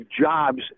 jobs